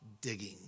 digging